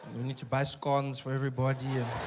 we need to buy scones for everybody